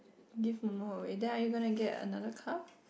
give momo away then are you gonna get another car